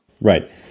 Right